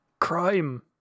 crime